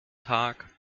tag